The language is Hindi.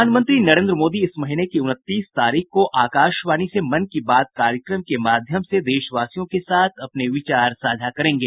प्रधानमंत्री नरेन्द्र मोदी इस महीने की उनतीस तारीख को आकाशवाणी से मन की बात कार्यक्रम के माध्यम से देशवासियों के साथ अपने विचार साझा करेंगे